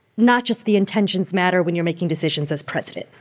not just the intentions, matter when you're making decisions as president?